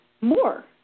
more